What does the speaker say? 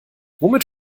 womit